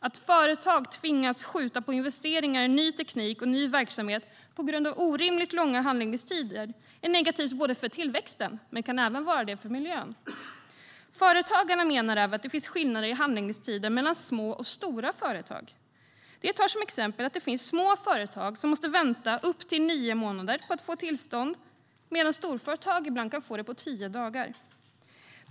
Att företag tvingas skjuta på investeringar i ny teknik och ny verksamhet på grund av orimligt långa handläggningstider är negativt för tillväxten men kan vara det även för miljön. Företagarna menar även att det finns skillnader i handläggningstider mellan små och stora företag. De tar som exempel upp att det finns små företag som måste vänta upp till nio månader för att få tillstånd, medan storföretag ibland kan få det på tio dagar.